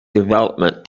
development